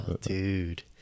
Dude